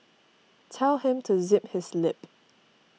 tell him to zip his lip